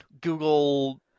Google